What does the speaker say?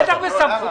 הוא לא יכול להקים,